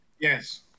Yes